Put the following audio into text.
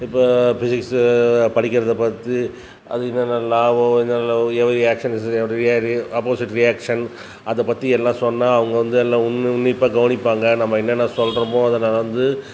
இப்போது பிஸிக்ஸு படிக்கிறதை பற்றி அதில் என்ன லாபம் எவரி ரியாக்ஸன் ஆப்போஸிட் அதை பற்றி எல்லாம் சொன்னால் அவங்க வந்து எல்லாம் உன்னிப்பாக கவனிப்பாங்க நம்ம என்னென்ன சொல்கிறோமோ அதில் வந்து